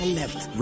left